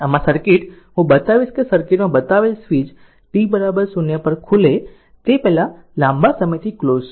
આમ આ સર્કિટ હું બતાવીશ કે સર્કિટ માં બતાવેલ સ્વિચ t 0 પર ખુલે તે પહેલાં લાંબા સમયથી ક્લોઝ છે